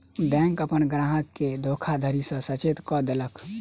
bank अपन ग्राहक के धोखाधड़ी सॅ सचेत कअ देलक